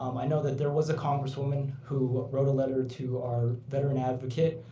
um i know that there was a congress woman who wrote a letter to our veteran advocate,